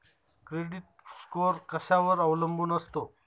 Credit score कशावर अवलंबून असतो?